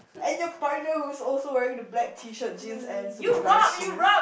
and your partner who's also wearing the black T-shirt jeans and Superga shoes